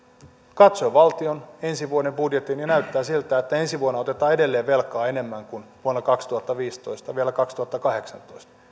katsoin valtion ensi vuoden budjetin ja näyttää siltä että ensi vuonna otetaan edelleen velkaa enemmän kuin vuonna kaksituhattaviisitoista vielä kaksituhattakahdeksantoista